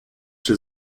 czy